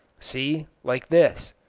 see, like this.